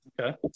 okay